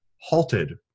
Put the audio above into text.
halted